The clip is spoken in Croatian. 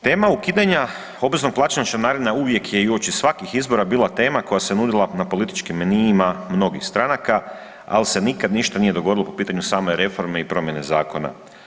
Tema ukidanja obveznog plaćanja članarina uvijek je i uoči svakih izbora bila tema koja se nudila na političkim menijima mnogih stranaka, al se nikada ništa nije dogodilo po pitanju same reforme i promjene zakona.